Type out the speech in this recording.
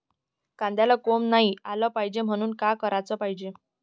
कांद्याला कोंब नाई आलं पायजे म्हनून का कराच पायजे?